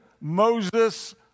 Moses